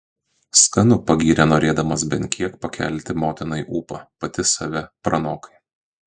skanu pagyrė norėdamas bent kiek pakelti motinai ūpą pati save pranokai